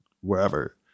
wherever